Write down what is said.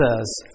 says